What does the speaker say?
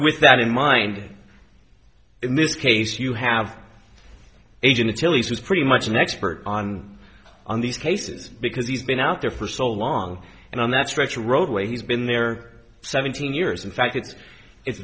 with that in mind in this case you have agent chiles who's pretty much an expert on on these cases because he's been out there for so long and on that stretch of roadway he's been there seventeen years in fact it's it's